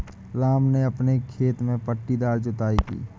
राम ने अपने खेत में पट्टीदार जुताई की